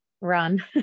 Run